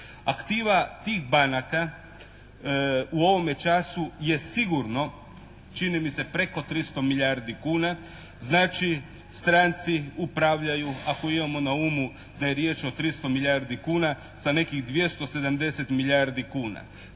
Aktiva tih banaka u ovome času je sigurno čini mi se preko 300 milijardi kuna. Znači stranci upravljaju, ako imamo na umu da je riječ o 300 milijardi kuna sa nekih 270 milijardi kuna.